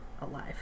alive